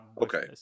Okay